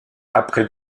après